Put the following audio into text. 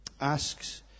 asks